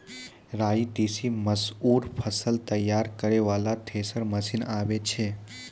राई तीसी मसूर फसल तैयारी करै वाला थेसर मसीन आबै छै?